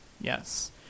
Yes